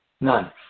None